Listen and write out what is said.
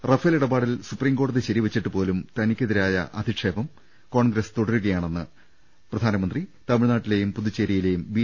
Rafale ഇടപാടിൽ സുപ്രീംകോടതി ശരി വെച്ചിട്ടുപോലും തനിക്കിതിരായ അധിക്ഷേപം കോൺഗ്രസ് തുടരുക യാണെന്ന് അദ്ദേഹം തമിഴ്നാട്ടിലെയും പുതുച്ചേരിയിലും ബി